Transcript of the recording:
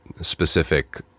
specific